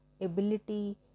ability